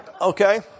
Okay